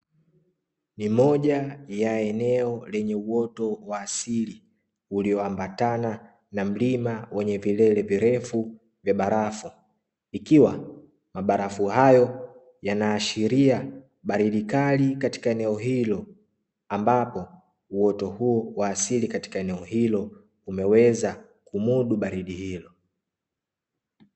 Ni moja ya eneo lenye uoto wa asili ulioambatana na mlima wenye vilele virefu vya barafu, ikiwa mabarafu hayo yanaashiria baridi kali katika eneo hilo, ambapo uoto wa asili ukiweza kumudu baridi hilo.